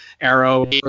Arrow